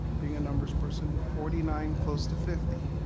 being a numbers person, and forty nine close to fifty,